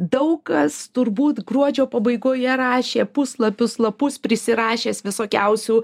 daug kas turbūt gruodžio pabaigoje rašė puslapius lapus prisirašęs visokiausių